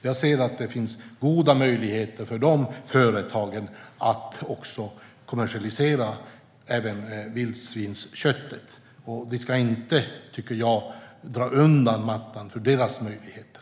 Jag ser att det finns goda möjligheter för dessa företag att kommersialisera även vildsvinsköttet, och vi ska inte dra undan mattan för deras möjligheter.